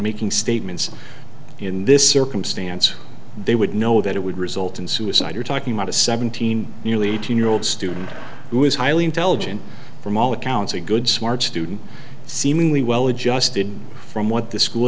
making statements in this circumstance they would know that it would result in suicide you're talking about a seventeen nearly eighteen year old student who is highly intelligent from all accounts a good smart student seemingly well adjusted from what the school